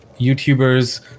YouTubers